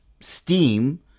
steam